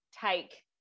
take